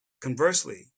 Conversely